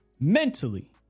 mentally